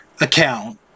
account